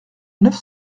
neuf